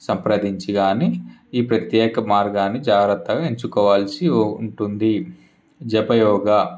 సంప్రదించి కాని ఈ ప్రత్యేక మార్గాన్ని జాగ్రత్తగా ఎంచుకోవాల్సి ఉంటుంది జప యోగ